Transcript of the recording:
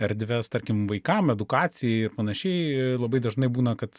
erdves tarkim vaikam edukacijai ir panašiai labai dažnai būna kad